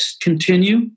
continue